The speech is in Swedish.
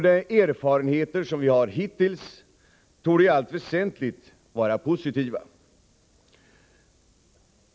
De erfarenheter som vi har hittills torde i allt väsentligt vara positiva.